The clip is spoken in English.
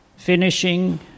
finishing